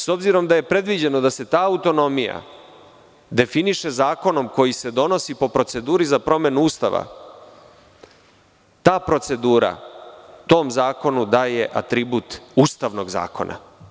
S obzirom da je predviđeno da se ta autonomija definiše zakonom koji se donosi po proceduri za promenu Ustava, ta procedura, tom zakonu daje atribut Ustavnog zakona.